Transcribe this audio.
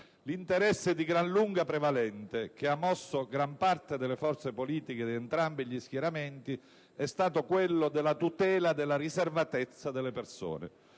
L'interesse di gran lunga prevalente, che ha mosso gran parte delle forze politiche di entrambi gli schieramenti, è stato quello della tutela della riservatezza delle persone,